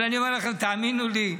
אבל אני אומר לכם: תאמינו לי,